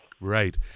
right